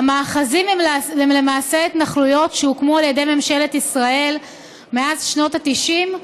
"המאחזים הם למעשה התנחלויות שהוקמו על ידי ממשלת ישראל מאז שנות ה-90,